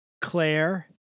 Claire